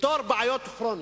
לפתור בעיות כרוניות.